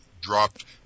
dropped